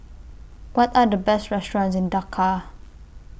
What Are The Best restaurants in Dakar